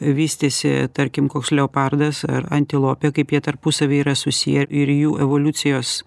vystėsi tarkim koks leopardas ar antilopė kaip jie tarpusavy yra susiję ir jų evoliucijos